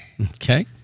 Okay